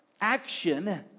action